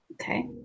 Okay